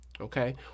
Okay